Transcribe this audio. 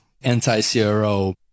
anti-CRO